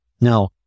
Now